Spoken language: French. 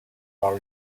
par